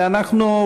ואנחנו,